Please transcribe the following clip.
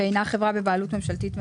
שאינה חברה בבעלות ממשלתית מלאה.